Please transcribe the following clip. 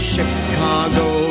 Chicago